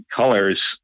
colors